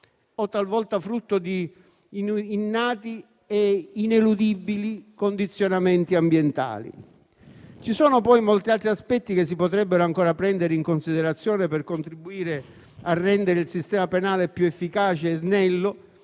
o sottoposti ad innati e ineludibili condizionamenti ambientali. Vi sono molti altri aspetti che si potrebbero ancora prendere in considerazione per contribuire a rendere il sistema penale più efficace e snello,